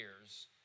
years